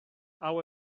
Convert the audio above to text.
hau